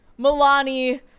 Milani